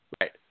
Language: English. Right